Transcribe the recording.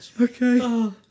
Okay